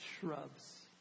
shrubs